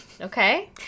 Okay